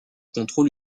contrôle